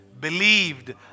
believed